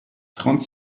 trente